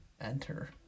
enter